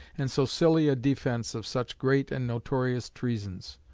and so silly a defence of such great and notorious treasons.